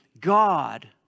God